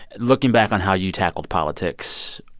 looking back on how you tackled politics,